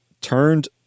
turned